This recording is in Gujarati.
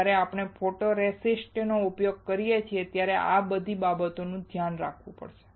જ્યારે આપણે ફોટોરેસિસ્ટ નો ઉપયોગ કરીએ ત્યારે આ બધી બાબતોનું ધ્યાન રાખવું પડશે